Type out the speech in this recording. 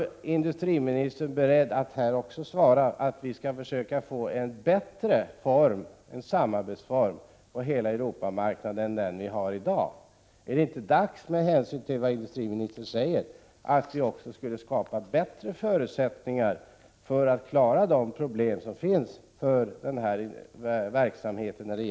Är industriministern beredd att här ge det beskedet att vi skall försöka få till stånd en bättre form för samarbetet med Europamarknaden än vad vi har i dag? Är det inte med hänsyn till vad industriministern säger dags för oss att skapa bättre förutsättningar för att klara de problem som finns för denna exportverksamhet?